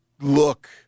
look